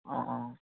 অঁ অঁ